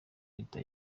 leta